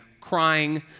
crying